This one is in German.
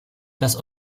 das